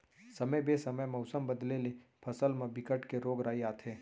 समे बेसमय मउसम बदले ले फसल म बिकट के रोग राई आथे